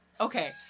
okay